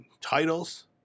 titles